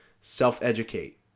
self-educate